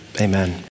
amen